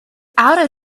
outed